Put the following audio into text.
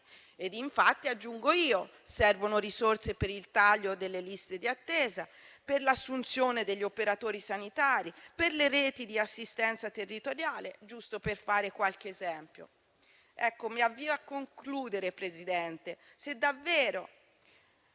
finanziamenti. Aggiungo che servono risorse per il taglio delle liste di attesa, per l'assunzione degli operatori sanitari, per le reti di assistenza territoriale, giusto per fare qualche esempio. Avviandomi a concludere il mio intervento,